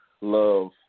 love